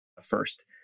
first